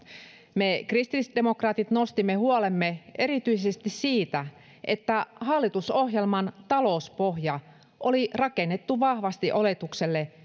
me kristillisdemokraatit nostimme huolemme erityisesti siitä että hallitusohjelman talouspohja oli rakennettu vahvasti oletukselle